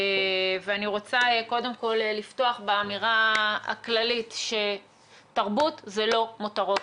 אני רוצה קודם כל לפתוח באמירה הכללית שתרבות זה לא מותרות.